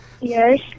Yes